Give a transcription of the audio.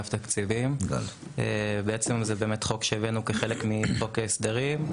זה חוק שהבאנו כחלק מחוק ההסדרים,